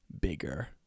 bigger